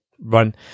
run